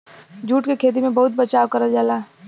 jute क खेती में बहुत बचाव करल जाला